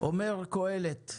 אומר קהלת,